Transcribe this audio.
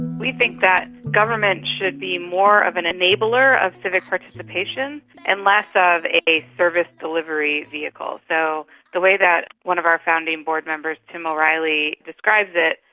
we think that government should be more of an enabler of civic participation and less ah of a service delivery vehicle. so the way that one of our founding board members tim o'reilly describes it,